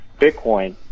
Bitcoin